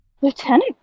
Lieutenant